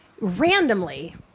randomly